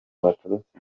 baturutse